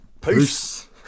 Peace